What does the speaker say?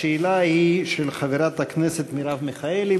השאלה היא של חברת הכנסת מרב מיכאלי,